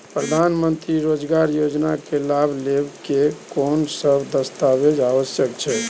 प्रधानमंत्री मंत्री रोजगार योजना के लाभ लेव के कोन सब दस्तावेज आवश्यक छै?